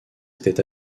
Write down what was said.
était